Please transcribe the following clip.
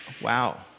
Wow